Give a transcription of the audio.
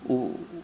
उत उत